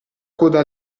coda